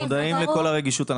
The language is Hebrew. אנחנו מודעים לכל הרגישות.